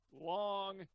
long